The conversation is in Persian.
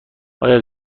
آیا